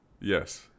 Yes